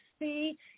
see